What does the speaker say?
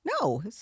No